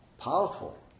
powerful